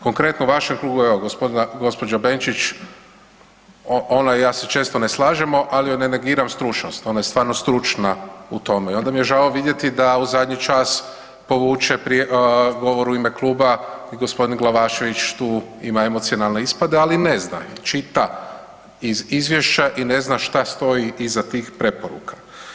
Konkretno, evo u vašem klubu, evo gđa. Benčić, ona i ja se često ne slažemo, ali joj ne negiram stručnost, ona je stvarno stručna u tome i onda mi je žao vidjeti da u zadnji čas povuče govor u ime kluba i g. Glavašević tu ima emocionalne ispade, ali ne zna, čita iz izvješća i ne zna šta stoji iza tih preporuka.